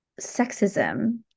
sexism